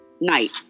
night